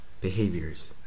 Behaviors